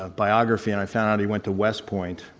ah biography, and i found out he went to west point.